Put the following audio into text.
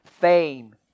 fame